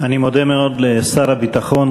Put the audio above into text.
אני מודה מאוד לשר הביטחון,